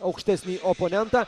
aukštesnį oponentą